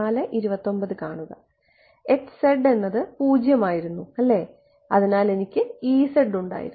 എന്നത് 0 ആയിരുന്നു അല്ലേ അതിനാൽ എനിക്ക് ഉണ്ടായിരുന്നു